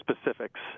specifics